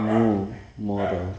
ମୁଁ ମୋର